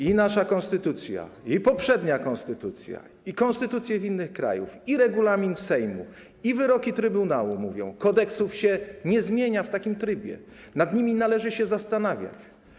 I nasza konstytucja, i poprzednia konstytucja, i konstytucje innych krajów, i regulamin Sejmu, i wyroki trybunału mówią: kodeksów się nie zmienia w takim trybie, nad nimi należy się zastanawiać.